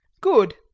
good!